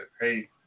hey